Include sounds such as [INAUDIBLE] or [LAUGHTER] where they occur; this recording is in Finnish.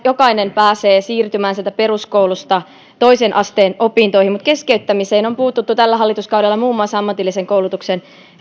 [UNINTELLIGIBLE] jokainen pääsee siirtymään sieltä peruskoulusta toisen asteen opintoihin mutta keskeyttämiseen on puututtu tällä hallituskaudella muun muassa ammatillisen koulutuksen